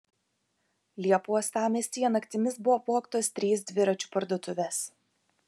liepą uostamiestyje naktimis buvo apvogtos trys dviračių parduotuvės